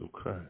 Okay